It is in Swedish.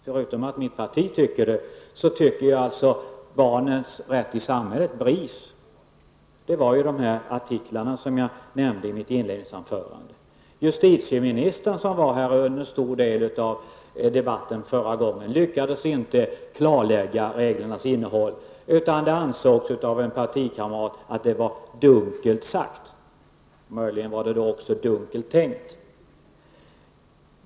Förutom mitt parti anser även Barnens rätt i samhället, BRIS, att lagstiftningen är oklar. Jag nämnde några artiklar i mitt inledninganförande. Justitieministern, som var närvarande under en del av debatten förra gången, lyckades inte klarlägga reglernas innebörd. En partikamrat till henne ansåg att det var dunkelt sagt, möjligen också dunkelt tänkt.